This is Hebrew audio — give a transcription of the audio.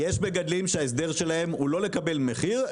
יש מגדלים שההסדר שלהם הוא לא לקבל מחיר,